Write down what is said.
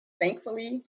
thankfully